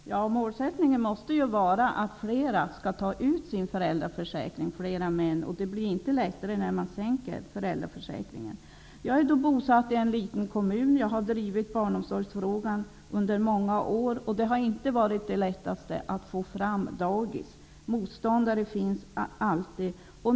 Fru talman! Målsättningen måste vara att fler män utnyttjar sin föräldraförsäkring. Men det blir inte lättare när man sänker nivån i föräldraförsäkringen. Jag är bosatt i en liten kommun, och jag har drivit barnomsorgsfrågan i många år. Men det har inte varit det allra lättaste att få fram dagis. Motståndare finns alltid.